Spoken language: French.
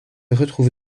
retrouve